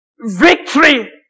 Victory